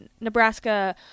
Nebraska